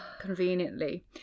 conveniently